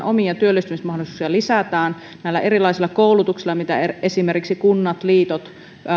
omia työllistymismahdollisuuksia lisätään näillä erilaisilla koulutuksilla mitä esimerkiksi kunnat liitot ja